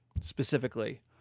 specifically